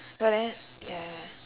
but then ya